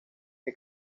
que